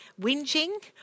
whinging